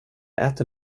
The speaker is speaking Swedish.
äter